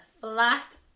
flat